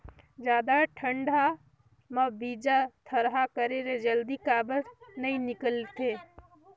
जादा ठंडा म बीजा थरहा करे से जल्दी काबर नी निकलथे?